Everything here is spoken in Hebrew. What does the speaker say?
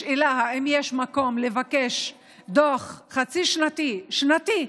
השאלה היא, האם יש מקום לבקש דוח חצי שנתי, שנתי,